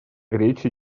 речь